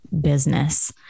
business